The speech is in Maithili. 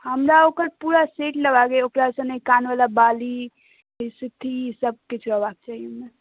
हमरा ओकर पूरा सेट लेबाक अइ ओकर सङ्गे कानवला बाली सिथी सभकिछु रहबाक चाही ओहिमे